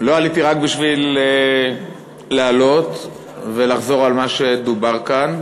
לא עליתי רק בשביל להלאות ולחזור על מה שדובר כאן,